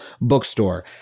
bookstore